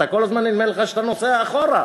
כל הזמן נדמה לך שאתה נוסע אחורה.